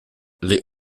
les